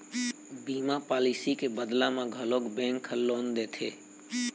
बीमा पॉलिसी के बदला म घलोक बेंक ह लोन देथे